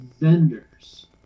vendors